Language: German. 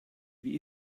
wie